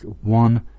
one